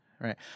Right